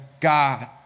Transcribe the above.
God